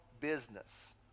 business